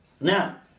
Now